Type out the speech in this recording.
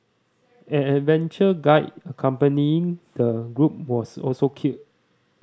an adventure guide accompanying the group was also killed